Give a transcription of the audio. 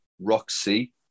Roxy